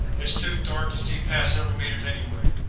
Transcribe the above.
it's too dark to see past several meters anyway.